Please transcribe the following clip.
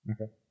Okay